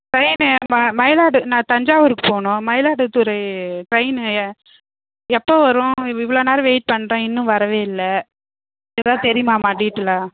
train ம மயிலாடு நா தஞ்சாவூருக்கு போகணும் மயிலாடுதுறை ட்ரெயினு எ எப்போ வரும் இவ் இவ்வளோ நேரம் வெய்ட் பண்ணுறேன் இன்னும் வரவே இல்லை ஏதா தெரியுமாம்மா டீட்டெயிலாக